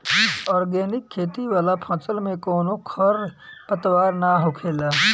organic खेती वाला फसल में कवनो खर पतवार ना होखेला